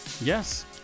Yes